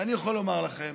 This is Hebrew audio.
ואני יכול לומר לכם